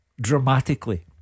dramatically